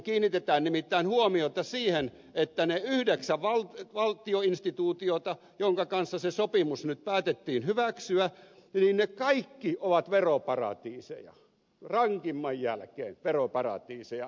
kiinnitetään nimittäin huomiota siihen että ne yhdeksän valtioinstituutiota joidenka kanssa se sopimus nyt päätettiin hyväksyä ne kaikki ovat veroparatiiseja rankimman jälkeen veroparatiiseja